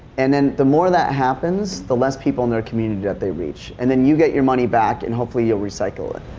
and then the more that happens, the less people in their community that they reach. and then you get your money back and hopefully youill recycle it.